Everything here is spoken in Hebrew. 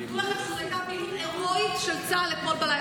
תדעו לכם שזאת הייתה פעילות הירואית של צה"ל אתמול בלילה.